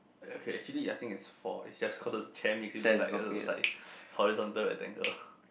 okay actually I think it's four it's just cause of the chair makes it looks like like horizontal rectangle